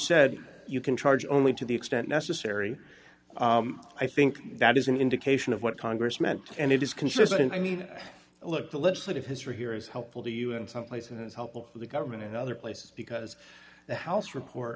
said you can charge only to the extent necessary i think that is an indication of what congress meant and it is consistent i mean look the legislative history here is helpful to us someplace and it's helpful to the government and other places because the house report